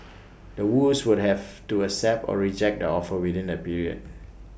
The Woos would have to accept or reject the offer within that period